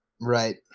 Right